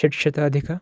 षड्शताधिक